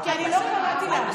שימי נקודה.